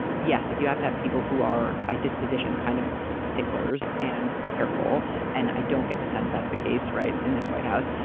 yes, like you have to have people who are by disposition kind of sticklers and careful and i don't get the sense that's the case in this white house.